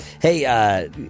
Hey